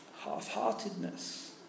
half-heartedness